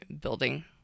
building